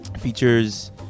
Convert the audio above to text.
features